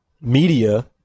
media